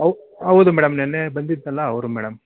ಹೌದು ಹೌದು ಮೇಡಮ್ ನಿನ್ನೆ ಬಂದಿದ್ನಲ್ಲ ಅವರು ಮೇಡಮ್